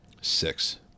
six